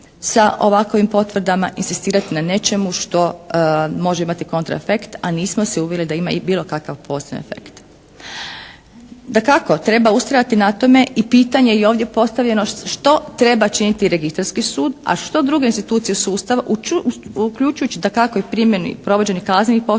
sa ovakovim potvrdama inzistirati na nečemu što može imati kontra efekt, a nismo se uvjerili da ima i bilo kakav …/Govornica se ne razumije./… efekt. Dakako, treba ustrajati na tome i pitanje je ovdje postavljeno što treba činiti Registarski sud, a što druge institucije sustava uključujući dakako i primjeni, provođenje kaznenih postupaka,